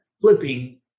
flipping